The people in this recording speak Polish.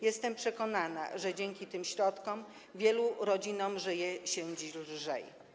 Jestem przekonana, że dzięki tym środkom wielu rodzinom żyje się dzisiaj lżej.